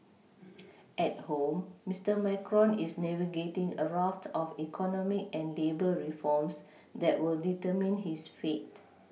at home Mister Macron is navigating a raft of economic and labour reforms that will determine his fate